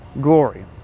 glory